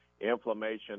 inflammation